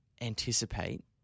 anticipate